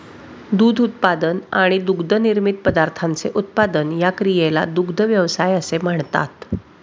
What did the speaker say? दूध उत्पादन आणि दुग्धनिर्मित पदार्थांचे उत्पादन या क्रियेला दुग्ध व्यवसाय असे म्हणतात